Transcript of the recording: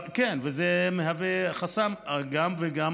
כן, וזה גם מהווה חסם וגם